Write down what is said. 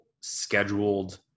scheduled